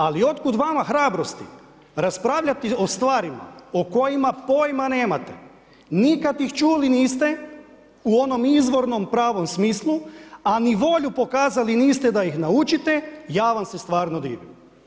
Ali otkud vama hrabrosti raspravljati o stvarima o kojima pojma nemate, nikad ih čuli niste u onom izvornom pravom smislu a ni volju pokazali niste da ih naučite, ja vam se stvarno divim.